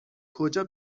کجا